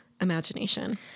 imagination